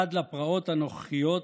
ועד לפרעות הנוכחיות